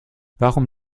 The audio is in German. warum